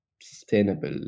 sustainable